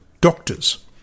doctors